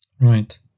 Right